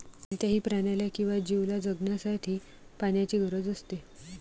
कोणत्याही प्राण्याला किंवा जीवला जगण्यासाठी पाण्याची गरज असते